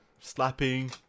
Slapping